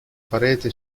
parete